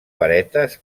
varetes